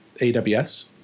AWS